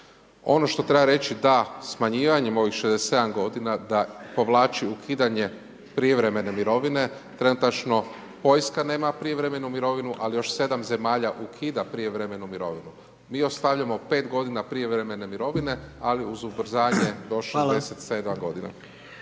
Ono što treba reći da smanjivanjem ovih 67 godina da povlači ukidanje prijevremene mirovine, trenutačno Poljska nema prijevremenu mirovinu, ali još 7 zemalja ukida prijevremenu mirovinu. Mi ostavljamo 5 godina prijevremene mirovine, ali uz ubrzanje…/Upadica: